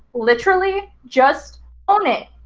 literally, just own it.